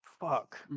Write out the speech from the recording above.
fuck